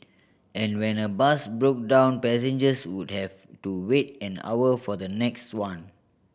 and when a bus broke down passengers would have to wait an hour for the next one